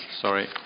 Sorry